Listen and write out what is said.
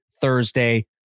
Thursday